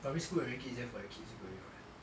primary school will make it easier for your kids to go in [what]